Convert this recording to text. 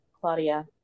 Claudia